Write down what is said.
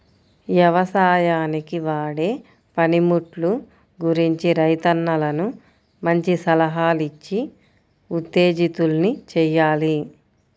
యవసాయానికి వాడే పనిముట్లు గురించి రైతన్నలను మంచి సలహాలిచ్చి ఉత్తేజితుల్ని చెయ్యాలి